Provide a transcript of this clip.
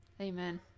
Amen